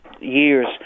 years